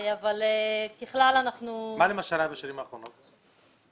מה למשל היה בשנים האחרונות?